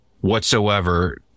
whatsoever